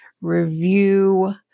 review